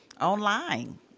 online